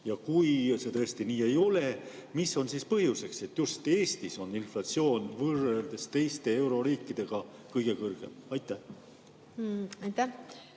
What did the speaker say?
Kui see nii ei ole, mis on siis põhjuseks, et just Eestis on inflatsioon võrreldes teiste euroriikidega kõige kõrgem? Aitäh!